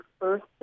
first